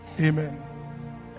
Amen